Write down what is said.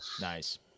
nice